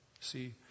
See